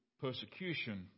persecution